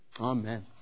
Amen